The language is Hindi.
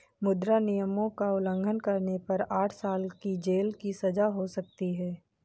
मुद्रा नियमों का उल्लंघन करने पर आठ साल की जेल की सजा हो सकती हैं